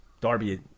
Darby